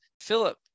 Philip